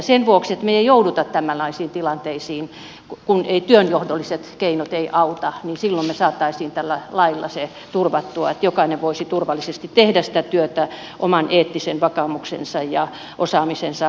sen vuoksi että me emme joudu tämänlaisiin tilanteisiin kun työnjohdolliset keinot eivät auta niin me saisimme tällä lailla sen turvattua että jokainen voisi turvallisesti tehdä sitä työtä oman eettisen vakaumuksensa ja osaamisensa perusteella